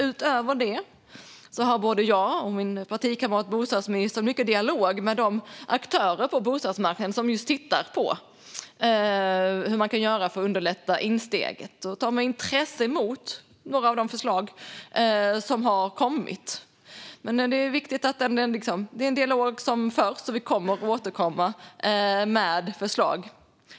Utöver det för både jag och min partikamrat bostadsministern mycket dialog med de aktörer på bostadsmarknaden som tittar på vad man kan göra för att underlätta insteget. Vi tar med intresse emot några av de förslag som kommit. Det är en viktig dialog som förs, och vi kommer att återkomma med förslag.